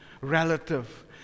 relative